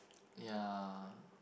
ya